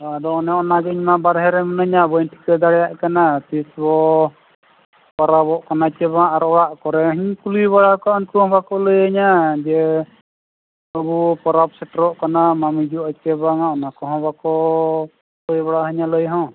ᱚᱻ ᱟᱫᱚ ᱚᱱᱮ ᱚᱱᱟᱜᱮ ᱤᱧᱢᱟ ᱵᱟᱨᱦᱮ ᱨᱮ ᱢᱤᱱᱟᱹᱧᱟ ᱵᱟᱹᱧ ᱴᱷᱤᱠᱟᱹ ᱫᱟᱲᱮᱭᱟᱜ ᱠᱟᱱᱟ ᱛᱤᱥ ᱵᱚ ᱯᱟᱨᱟᱵᱽ ᱵᱚᱜ ᱠᱟᱱᱟ ᱪᱮ ᱵᱟ ᱟᱨ ᱚᱲᱟᱜ ᱠᱚᱨᱮ ᱦᱚᱸᱧ ᱠᱩᱞᱤ ᱵᱟᱲᱟ ᱠᱚᱣᱟ ᱩᱱᱠᱩ ᱦᱚᱸ ᱵᱟᱠᱚ ᱞᱟᱹᱭᱟᱹᱧᱟᱹ ᱡᱮ ᱟᱵᱚ ᱯᱟᱨᱟᱵᱽ ᱥᱮᱴᱮᱨᱚᱜ ᱠᱟᱱᱟ ᱵᱟᱢ ᱦᱤᱡᱩᱜᱼᱟ ᱪᱮ ᱵᱟᱝ ᱟ ᱚᱱᱟ ᱠᱚᱦᱚᱸ ᱵᱟᱠᱚ ᱞᱟᱹᱭ ᱵᱟᱲᱟ ᱟᱹᱧᱟᱹ ᱞᱟᱹᱭᱦᱚᱸ